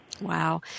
Wow